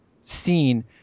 scene